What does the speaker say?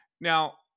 Now